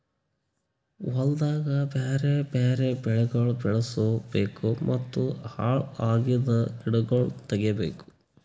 ಹೊಲ್ದಾಗ್ ಬ್ಯಾರೆ ಬ್ಯಾರೆ ಬೆಳಿಗೊಳ್ ಬೆಳುಸ್ ಬೇಕೂ ಮತ್ತ ಹಾಳ್ ಅಗಿದ್ ಗಿಡಗೊಳ್ ತೆಗಿಬೇಕು